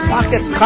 Pocket